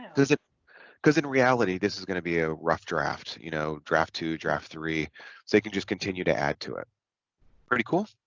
does it because in reality this is gonna be a rough draft you know draft two draft three so you can just continue to add to it pretty cool